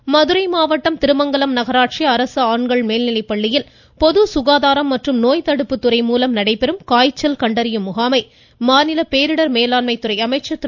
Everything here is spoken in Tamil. உதயகுமார் மதுரை மாவட்டம் திருமங்கலம் நகராட்சி அரசு ஆண்கள் மேல்நிலைப்பள்ளியில் பொது சுகாதாரம் மற்றும் நோய் தடுப்புத்துறை மூலம் நடைபெறும் காய்ச்சல் கண்டறியும் முகாமை மாநில பேரிடர் மேலாண்மைத்துறை அமைச்சர் திரு